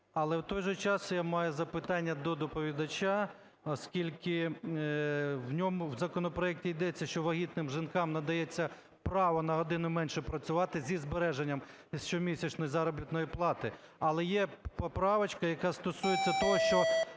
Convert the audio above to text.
Але, в той же час, я маю запитання до доповідача, оскільки в ньому, в законопроекті, йдеться, що вагітним жінкам надається право на годину менше працювати зі збереженням щомісячної заробітної плати. Але є поправочка, яка стосується того, що